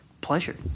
pleasure